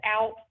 out